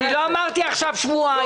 לא אמרתי עכשיו "שבועיים".